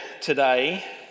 today